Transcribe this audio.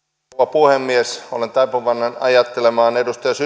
puhemies olen taipuvainen ajattelemaan edustaja